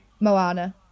Moana